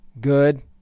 good